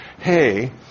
hey